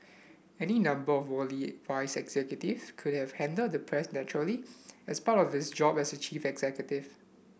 any number of worldly wise executive could have handled the press naturally as part of his job as chief executive